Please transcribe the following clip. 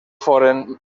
foren